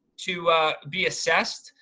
to be assessed.